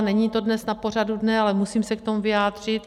Není to dnes na pořadu dne, ale musím se k tomu vyjádřit.